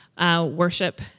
worship